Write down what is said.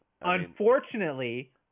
Unfortunately